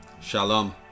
shalom